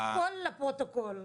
הכול לפרוטוקול.